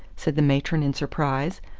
said the matron in surprise.